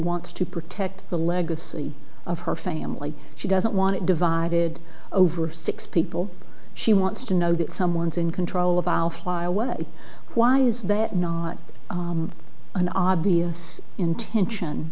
wants to protect the legacy of her family she doesn't want it divided over six people she wants to know that someone is in control of our flyaway why is that not an obvious intention